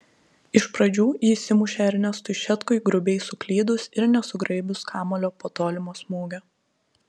iš pradžių jis įmušė ernestui šetkui grubiai suklydus ir nesugraibius kamuolio po tolimo smūgio